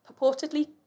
purportedly